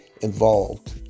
involved